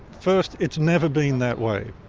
first, it's never been that way.